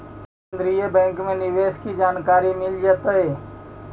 केन्द्रीय बैंक में निवेश की जानकारी मिल जतई